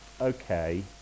okay